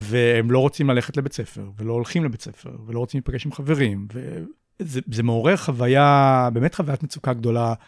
והם לא רוצים ללכת לבית הספר, ולא הולכים לבית הספר, ולא רוצים להיפגש עם חברים, וזה מעורר חוויה, באמת חוויית מצוקה גדולה.